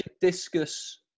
Discus